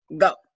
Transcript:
Go